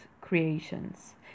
creations